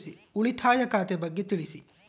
ಉಳಿತಾಯ ಖಾತೆ ಬಗ್ಗೆ ತಿಳಿಸಿ?